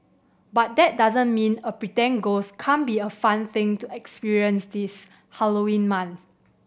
but that doesn't mean a pretend ghost can't be a fun thing to experience this Halloween month